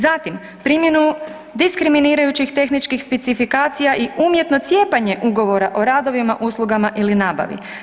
Zatim primjenu diskriminirajućih tehničkih specifikacija i umjetno cijepanje ugovora o radovima, uslugama ili nabavi.